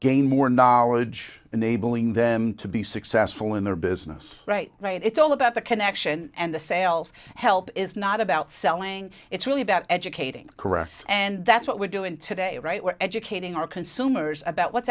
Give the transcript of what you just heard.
gain more knowledge enabling them to be successful in their business right right it's all about the connection and the sales help is not about selling it's really about educating correct and that's what we're doing today right we're educating our consumers about what's